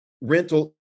rental